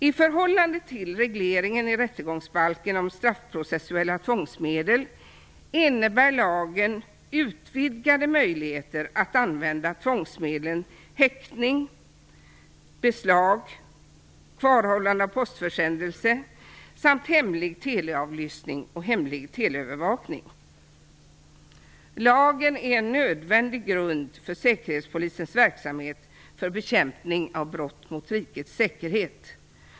I förhållande till regleringen i rättegångsbalken om straffprocessuella tvångsmedel innebär lagen utvidgade möjligheter att använda tvångsmedlen häktning, beslag, kvarhållande av postförsändelse samt hemlig teleavlyssning och hemlig teleövervakning. Lagen är en nödvändig grund för säkerhetspolisens verksamhet för bekämpning av brott mot rikets säkerhet.